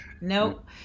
Nope